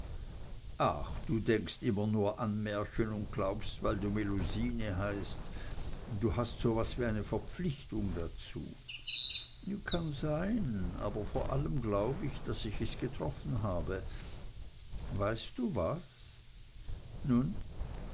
ach du denkst immer nur an märchen und glaubst weil du melusine heißt du hast so was wie eine verpflichtung dazu kann sein aber vor allem glaub ich daß ich es getroffen habe weißt du was nun